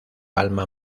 alma